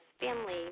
family